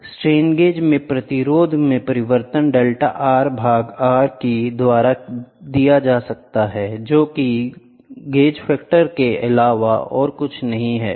strain gauge में प्रतिरोध में परिवर्तन डेल्टा R भाग R की द्वारा दिया जाता है जो कि G F के अलावा और कुछ नहीं है